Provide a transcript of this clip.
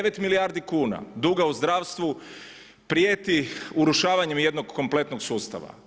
9 milijardi kuna duga u zdravstvu prijeti urušavanjem jednog kompletnog sustava.